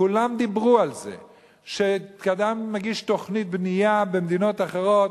כולם דיברו על זה שכשאדם מגיש תוכנית בנייה במדינות אחרות,